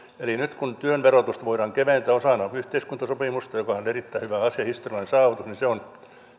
eli nyt kun työn verotusta voidaan keventää osana yhteiskuntasopimusta mikä on erittäin hyvä asia historiallinen saavutus se on